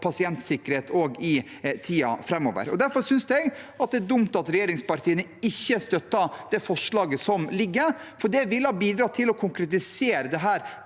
pasientsikkerhet i tiden framover. Derfor synes jeg det er dumt at regjeringspartiene ikke støtter det forslaget som foreligger, for det ville ha bidratt til å konkretisere dette